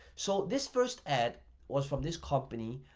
so this first ad was from this company.